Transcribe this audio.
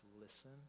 listen